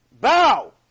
Bow